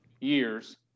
years